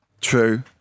true